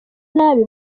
nabi